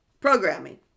Programming